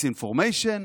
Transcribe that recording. disinformation,